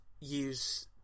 use